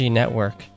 network